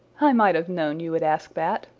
i might have known you would ask that,